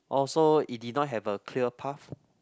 oh so it did not have a clear path